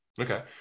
Okay